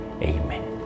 Amen